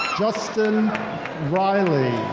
justin reilly.